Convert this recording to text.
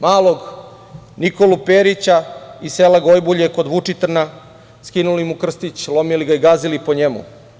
Malog Nikolu Perića, iz sela Gojbulje kod Vučitrna, skinuli mu krstić, lomili i gazili ga po njemu.